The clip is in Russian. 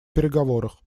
переговорах